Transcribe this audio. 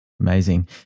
Amazing